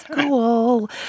cool